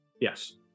Yes